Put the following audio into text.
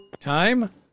Time